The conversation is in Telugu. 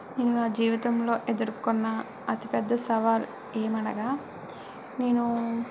నా జీవితంలో ఎదుర్కొన్న అతి పెద్ద సవాలు ఏమనగా నేను